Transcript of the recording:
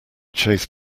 chased